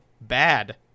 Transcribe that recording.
bad